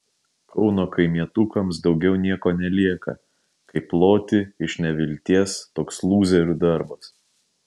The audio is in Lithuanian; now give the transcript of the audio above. kauno kaimietukams daugiau nieko nelieka kaip loti iš nevilties toks lūzerių darbas